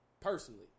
Personally